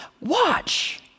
watch